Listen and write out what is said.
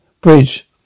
Bridge